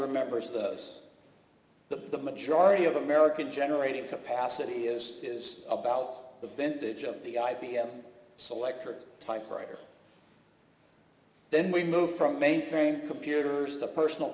remembers those that the majority of america generating capacity is is about the vintage of the i b m selectric typewriter then we moved from mainframe computers to personal